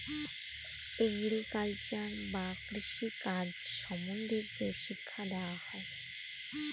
agriculture বা কৃষি কাজ সম্বন্ধে যে শিক্ষা দেওয়া হয়